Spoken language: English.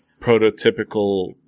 prototypical